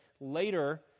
later